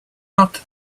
not